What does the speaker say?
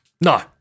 No